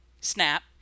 snap